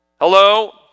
Hello